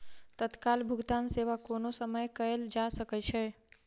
तत्काल भुगतान सेवा कोनो समय कयल जा सकै छै